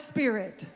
Spirit